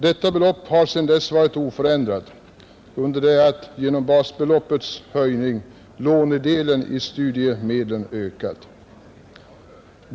Detta belopp har sedan dess varit oförändrat under det att genom basbeloppets höjning lånedelen i studiemedlen ökat.